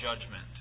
judgment